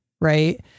right